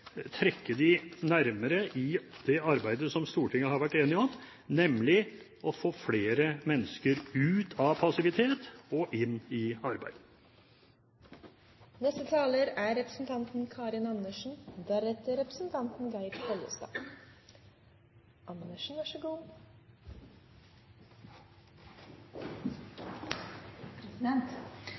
trekke dem nærmere i det arbeidet som Stortinget har vært enige om, nemlig å få flere mennesker ut av passivitet og inn i arbeid. Nav-reformen er den største reformen vi har gjennomført i Norge. I tillegg er